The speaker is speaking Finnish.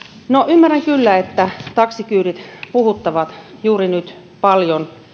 ymmärrän kyllä että taksikyydit puhuttavat juuri nyt paljon